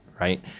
right